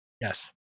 Yes